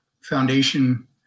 foundation